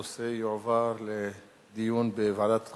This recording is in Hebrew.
הנושא יועבר לדיון בוועדת החוקה,